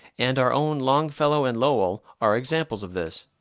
and our own longfellow and lowell, are examples of this.